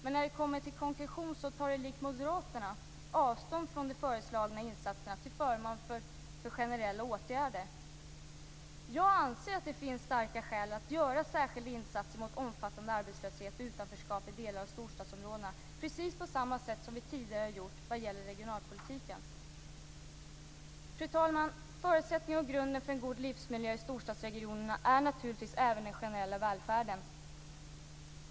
Men när det kommer till konklusion tar de likt Moderaterna avstånd från de föreslagna insatserna till förmån för generella åtgärder. Jag anser att det finns starka skäl att göra särskilda insatser mot omfattande arbetslöshet och utanförskap i delar av storstadsområdena precis på samma sätt som vi tidigare gjort när det gäller regionalpolitiken. Fru talman! Förutsättningarna och grunden för en god livsmiljö i storstadsregionerna är naturligtvis även den generella välfärden.